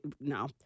no